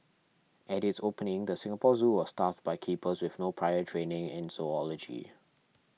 at its opening the Singapore Zoo was staffed by keepers with no prior training in zoology